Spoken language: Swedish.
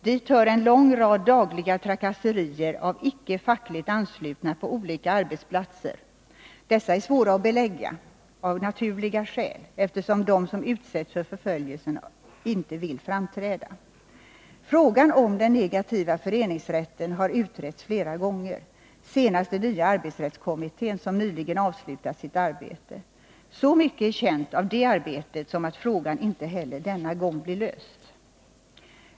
Dit hör en lång rad dagliga trakasserier av icke fackligt anslutna på olika arbetsplatser. Detta är svårt att belägga, eftersom de som utsätts för förföljelsen av naturliga skäl inte vill framträda. Frågan om den negativa föreningsrätten har utretts flera gånger, senast i nya arbetsrättskommittén, som nyligen avslutat sitt arbete. Så mycket är känt om det arbetet som att frågan inte heller denna gång blir löst.